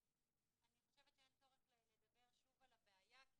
אני חושבת שאין צורך לדבר שוב על הבעיה.